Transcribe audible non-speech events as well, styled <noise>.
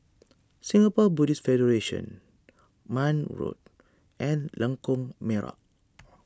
Singapore Buddhist Federation Marne Road and Lengkok Merak <noise>